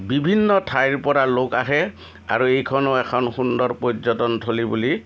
বিভিন্ন ঠাইৰ পৰা লোক আহে আৰু এইখনো এইখন সুন্দৰ পৰ্যটন থলী বুলি